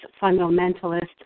fundamentalist